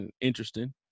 Interesting